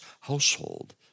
household